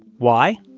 why?